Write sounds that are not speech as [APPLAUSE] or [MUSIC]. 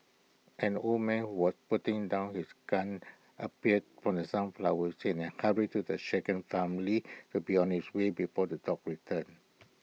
an old man was putting down his gun appeared from the sunflower [UNINTELLIGIBLE] hurried the shaken family to be on his way before the dogs return